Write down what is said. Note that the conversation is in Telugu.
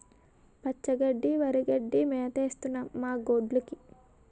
పచ్చి గడ్డి వరిగడ్డి మేతేస్తన్నం మాగొడ్డ్లుకి